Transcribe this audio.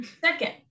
Second